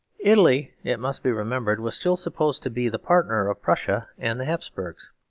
italy, it must be remembered, was still supposed to be the partner of prussia and the hapsburgs.